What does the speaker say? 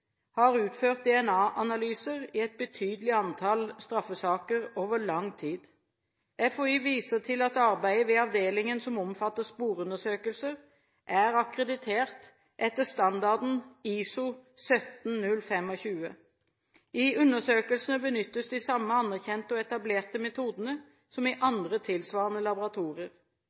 har utført DNA-analyser i et betydelig antall straffesaker over lang tid. FHI viser til at arbeidet ved avdelingen som omfatter sporundersøkelser, er akkreditert etter standarden ISO 17025. I undersøkelsene benyttes de samme anerkjente og etablerte metodene som i andre tilsvarende